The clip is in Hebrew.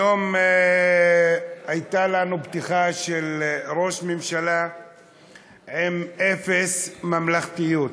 היום הייתה לנו פתיחה של ראש ממשלה עם אפס ממלכתיות,